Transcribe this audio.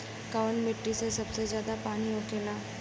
कौन मिट्टी मे सबसे ज्यादा पानी होला?